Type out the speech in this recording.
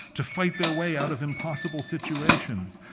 to fight their way out of impossible situations,